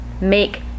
make